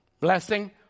Blessing